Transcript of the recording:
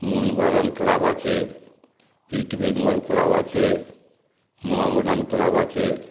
Mohun Bagan club আছে East Bengal club আছে Mohammedan club আছে